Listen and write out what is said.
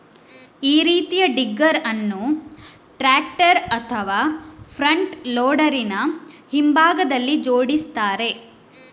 ಈ ರೀತಿಯ ಡಿಗ್ಗರ್ ಅನ್ನು ಟ್ರಾಕ್ಟರ್ ಅಥವಾ ಫ್ರಂಟ್ ಲೋಡರಿನ ಹಿಂಭಾಗದಲ್ಲಿ ಜೋಡಿಸ್ತಾರೆ